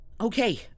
Okay